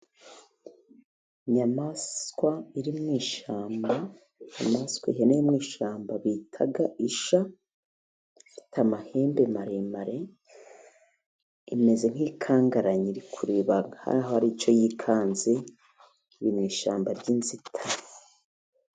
Inyamaswa iri mu ishyamba; Inyamaswa (ihene) yo mu ishyamba bita isha, ifite amahembe maremare imeze nk' ikangaranye, iri kureba nk'aho hari icyo yikanze, iri mu ishyamba ry' inzitane.